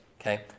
okay